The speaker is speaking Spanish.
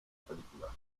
película